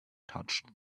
touched